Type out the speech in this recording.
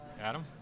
Adam